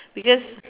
because